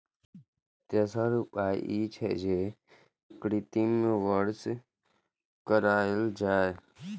तेसर उपाय ई छै, जे कृत्रिम वर्षा कराएल जाए